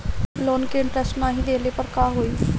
Loan के interest नाही देहले पर का होई?